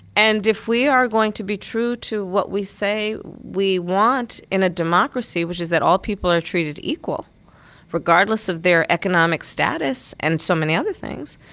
and if we are going to be true to what we say we want in a democracy, which is that all people are treated equal regardless of their economic status and so many other things,